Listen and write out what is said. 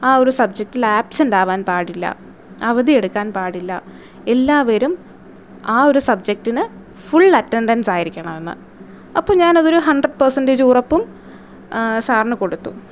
ആ ഒരു സബ്ജക്റ്റിൽ ആബ്സെൻ്റ് ആവാൻ പാടില്ല അവധി എടുക്കാൻ പാടില്ല എല്ലാവരും ആ ഒരു സബ്ജക്റ്റിന് ഫുൾ അറ്റൻഡൻസാരിക്കണം എന്ന് അപ്പം ഞാൻ അതൊരു ഹൺഡ്രഡ് പേഴ്സൻടേജ് ഉറപ്പും സാറിന് കൊടുത്തു